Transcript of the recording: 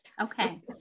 Okay